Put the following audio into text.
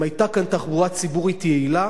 אם היתה כאן תחבורה ציבורית יעילה,